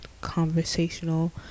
conversational